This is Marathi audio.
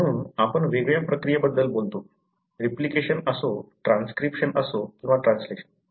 म्हणून आपण वेगळ्या प्रक्रियेबद्दल बोलतो रिप्लिकेशन असो ट्रान्सक्रिप्शन असो किंवा ट्रान्सलेशन